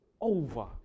over